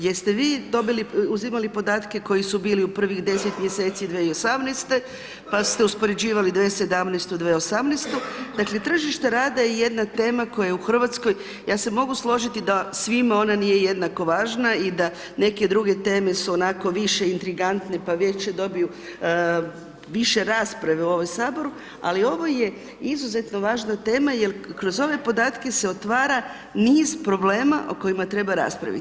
Jeste vi dobili, uzimali podatke koji su bili u prvih 10 mjeseci 2018. pa ste uspoređivali 2017., 2018. dakle tržište rada je jedna tema koja u Hrvatskoj, ja se mogu složiti da svima ona nije jednako važna i da neke druge teme su onako više intrigante pa vijeća dobiju više rasprave u ovom saboru, ali ovo je izuzetno važna tema, jer kroz ove podatke se otvara niz problema o kojima treba raspravit.